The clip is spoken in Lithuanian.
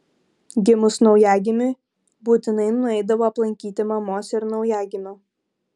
gimus naujagimiui būtinai nueidavo aplankyti mamos ir naujagimio